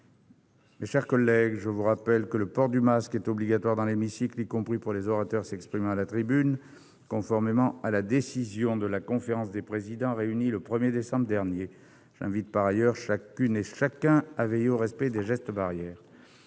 Mes chers collègues, je vous rappelle que le port du masque est obligatoire dans l'hémicycle, y compris pour les orateurs s'exprimant à la tribune, conformément à la décision de la conférence des présidents réunie le 1 décembre dernier. J'invite par ailleurs chacune et chacun à veiller au respect des gestes barrières.